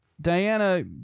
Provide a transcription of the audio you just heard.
diana